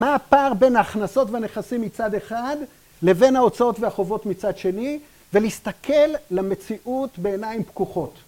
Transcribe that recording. מה הפער בין ההכנסות והנכסים מצד אחד לבין ההוצאות והחובות מצד שני ולהסתכל למציאות בעיניים פקוחות